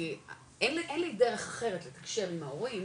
כי אין לי דרך אחרת לתקשר עם ההורים,